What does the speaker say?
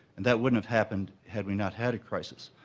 and that wouldn't have happened had we not had a crisis.